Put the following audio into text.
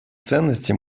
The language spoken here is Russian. ценности